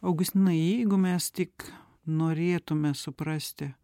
augustinai jeigu mes tik norėtume suprasti